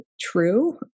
true